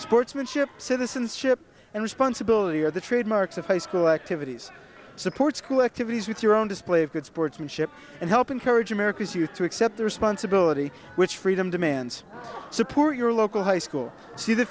sportsmanship citizens ship and responsibility are the trademarks of high school activities support school activities with your own display of good sportsmanship and help encourage america's youth to accept responsibility which freedom demands support your local high school see the